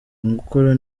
umukoro